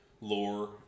lore